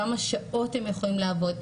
כמה שעות הם יכולים לעבוד,